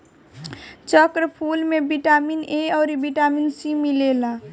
चक्रफूल में vitamin A अउरी बिटामिन सी मिलेला